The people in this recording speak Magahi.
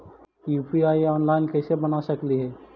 यु.पी.आई ऑनलाइन कैसे बना सकली हे?